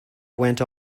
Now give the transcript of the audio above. went